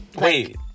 Wait